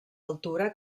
altura